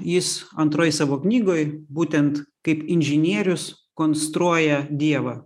jis antroj savo knygoj būtent kaip inžinierius konstruoja dievą